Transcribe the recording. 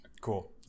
cool